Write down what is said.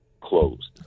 closed